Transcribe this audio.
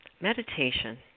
meditation